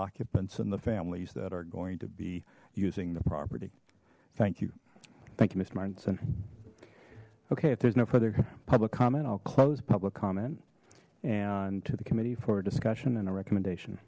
occupants and the families that are going to be using the property thank you thank you mister martinson okay if there's no further public comment i'll close public comment and to the committee for a discussion and a recommendation